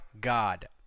God